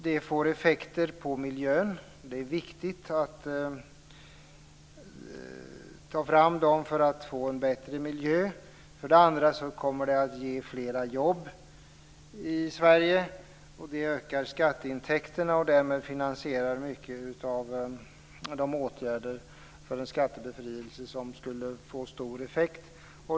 Det får för det första effekter i form av en bättre miljö. För det andra kommer det att ge fler jobb i Sverige, vilket ökar skatteintäkterna och därmed finansierar mycket av åtgärderna för en skattebefrielse som skulle få stor effekt.